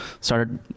started